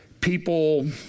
people